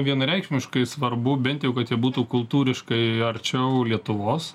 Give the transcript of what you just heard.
vienareikšmiškai svarbu bent jau kad jie būtų kultūriškai arčiau lietuvos